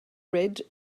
red